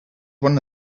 one